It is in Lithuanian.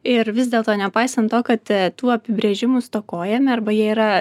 ir vis dėlto nepaisant to kad tų apibrėžimų stokojame arba jie yra